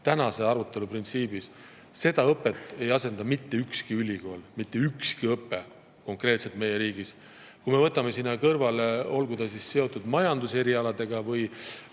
tänase arutelu printsiibis? Seda õpet ei asenda mitte ükski ülikool, mitte ükski õpe konkreetselt meie riigis. Kui me võtame sinna kõrvale kas majanduserialad või